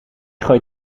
gooit